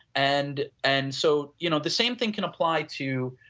and and so, you know the same thing can apply to,